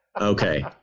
okay